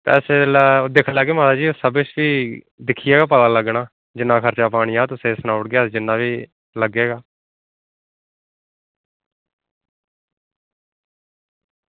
ते अस सबेल्ला दिक्खी लैगे अस इसाी मतलब कि दिक्खियै पता लग्गना जिन्ना मज्जी खर्चा करना ते अस तुसेंगी सनाई ओड़गे जिन्ना बी लग्गे गा